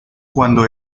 cuando